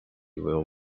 will